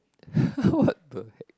what the heck